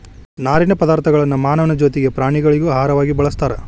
ನಾರಿನ ಪದಾರ್ಥಗಳನ್ನು ಮಾನವನ ಜೊತಿಗೆ ಪ್ರಾಣಿಗಳಿಗೂ ಆಹಾರವಾಗಿ ಬಳಸ್ತಾರ